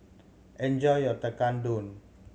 enjoy your Tekkadon